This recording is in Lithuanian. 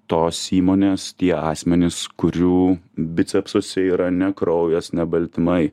tos įmonės tie asmenys kurių bicepsuose yra ne kraujas ne baltymai